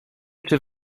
czy